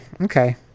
Okay